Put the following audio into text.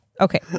Okay